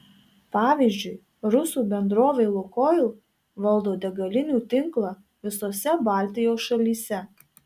pavyzdžiui rusų bendrovė lukoil valdo degalinių tinklą visose baltijos šalyse